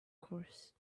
course